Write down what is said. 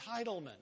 entitlement